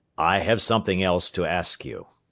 i have something else to ask you.